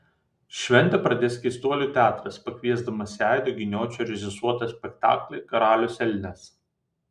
šventę pradės keistuolių teatras pakviesdamas į aido giniočio režisuotą spektaklį karalius elnias